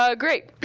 ah great,